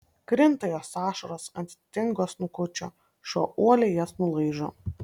krinta jos ašaros ant tingo snukučio šuo uoliai jas nulaižo